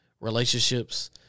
relationships